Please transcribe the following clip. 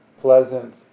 pleasant